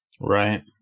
Right